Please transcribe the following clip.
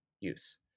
use